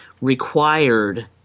required